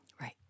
right